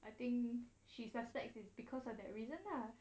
I think she's suspects because of that reason lah